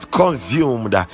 consumed